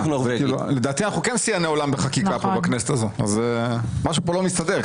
משהו פה לא מסתדר.